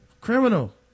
criminal